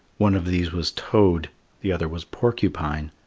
one of these was toad the other was porcupine.